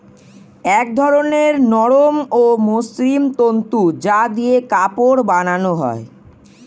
এক ধরনের নরম ও মসৃণ তন্তু যা দিয়ে কাপড় বানানো হয়